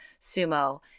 sumo